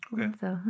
Okay